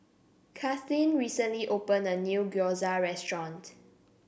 Kathlene recently opened a new Gyoza Restaurant